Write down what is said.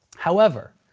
however,